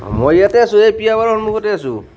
মই ইয়াতে আছোঁ এই প্ৰীয়া বাৰৰ সন্মুখতে আছোঁ